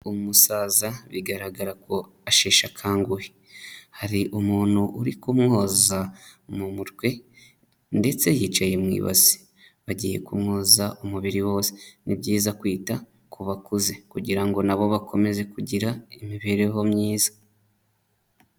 Umusaza bigaragara ko asheshe akanguhe. Hari umuntu uri kumwoza mu mutwe ndetse yicaye mu ibasi. Bagiye kumwoza umubiri wose. Ni byiza kwita ku bakuze kugira ngo na bo bakomeze kugira imibereho myiza.